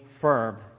firm